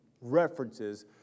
references